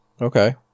Okay